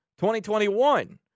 2021